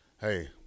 Hey